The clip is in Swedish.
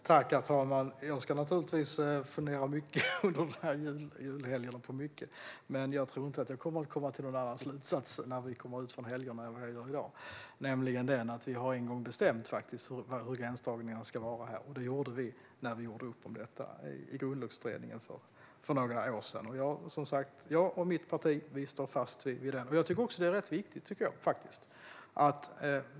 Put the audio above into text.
Herr talman! Jag ska naturligtvis fundera på mycket under julen. Jag tror dock inte att jag kommer att ha kommit till någon annan slutsats efter helgerna än jag gör i dag, nämligen att vi en gång faktiskt har bestämt hur gränsdragningen ska se ut. Det gjorde vi när vi gjorde upp om detta utifrån Grundlagsutredningen för några år sedan. Jag och mitt parti står som sagt fast vid uppgörelsen, och jag tycker faktiskt att det är rätt viktigt.